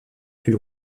plus